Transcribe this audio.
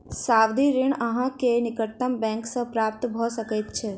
सावधि ऋण अहाँ के निकटतम बैंक सॅ प्राप्त भ सकैत अछि